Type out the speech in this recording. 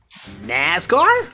NASCAR